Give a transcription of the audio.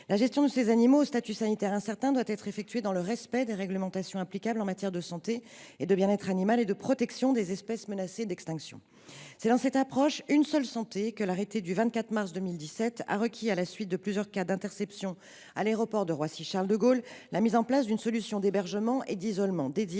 La gestion de ces animaux au statut sanitaire incertain doit être effectuée dans le respect des réglementations applicables en matière de santé et de bien être animal, et de protection des espèces menacées d’extinction. C’est dans cette approche « Une seule santé » que l’arrêté du 24 mars 2017 a requis, à la suite de plusieurs cas d’interceptions à l’aéroport de Roissy Charles de Gaulle, la mise en place d’une solution d’hébergement et d’isolement dédiée,